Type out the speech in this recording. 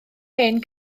hen